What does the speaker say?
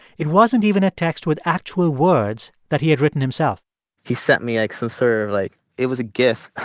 it wasn't even a text with actual words that he had written himself he sent me, like, some sort of, like it was a gif